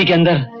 and